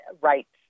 rights